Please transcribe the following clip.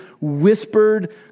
whispered